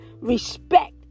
respect